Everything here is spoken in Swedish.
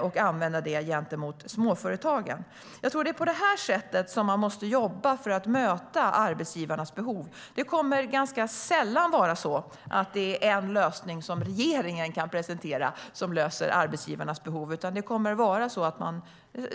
omfattning vända sig till småföretagen. Jag tror att det är på det sättet man måste jobba för att möta arbetsgivarnas behov. En lösning som regeringen kan presentera kommer ganska sällan att vara det som löser arbetsgivarnas behov.